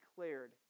declared